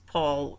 Paul